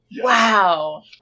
Wow